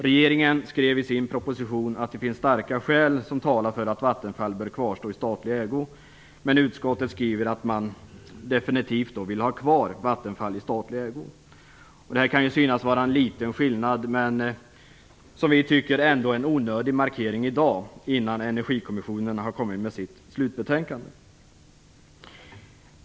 Regeringen skrev i sin proposition att det finns starka skäl som talar för att Vattenfall bör kvarstå i statlig ägo, men utskottet skriver att man definitivt vill ha kvar Vattenfall i statlig ägo. Detta kan synas vara en liten skillnad, men vi tycker att det är en onödig markering i dag, innan Energikommissionen har lagt fram sitt slutbetänkande.